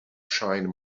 shine